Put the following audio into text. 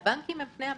הבנקים הם פני המשק.